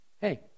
Hey